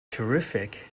terrific